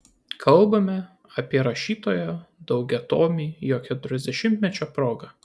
kalbame apie rašytojo daugiatomį jo keturiasdešimtmečio proga